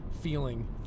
feeling